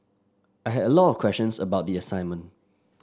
I had a lot of questions about the assignment